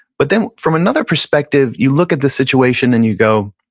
but then from another perspective, you look at the situation and you go,